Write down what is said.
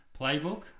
Playbook